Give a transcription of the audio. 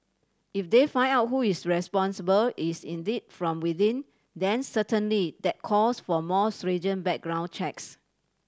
if they find out who is responsible is indeed from within then certainly that calls for more stringent background checks